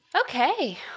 Okay